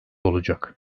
olacak